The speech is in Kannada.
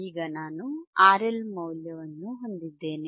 ಈಗ ನಾನು RL ಮೌಲ್ಯವನ್ನು ಹೊಂದಿದ್ದೇನೆ